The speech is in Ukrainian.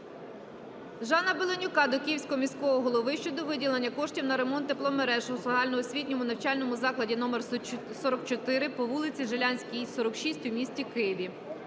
Жана Беленюка до Київського міського голови щодо виділення коштів на ремонт тепломереж у загальноосвітньому навчальному закладі №44 по вулиці Жилянській, 46 у місті Києві.